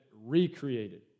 recreated